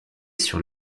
sur